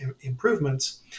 improvements